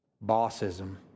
Bossism